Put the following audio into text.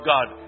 God